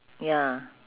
ya